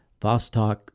Vostok